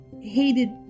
hated